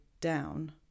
down